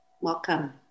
welcome